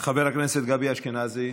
חבר הכנסת גבי אשכנזי,